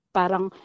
parang